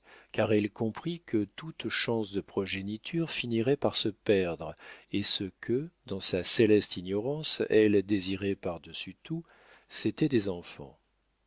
car elle comprit que toute chance de progéniture finirait par se perdre et ce que dans sa céleste ignorance elle désirait par-dessus tout c'était des enfants